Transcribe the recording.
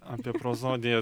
apie prozodiją